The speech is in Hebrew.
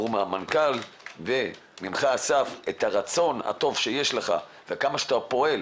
ברור מהמנכ"ל וגם ממך אסף את הרצון הטוב שיש לך וכמה שאתה פועל